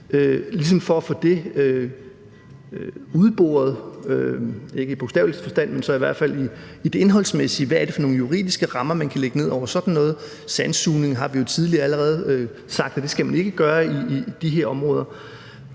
ligesom for at få udboret, ikke i bogstavelig forstand, men så i hvert fald i det indholdsmæssige, hvad det er for nogle juridiske rammer, man kan lægge ned over sådan noget – sandsugning har vi jo allerede tidligere sagt at man ikke skal foretage i de her områder.